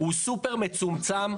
הוא סופר מצומצם.